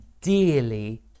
dearly